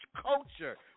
culture